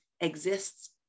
exists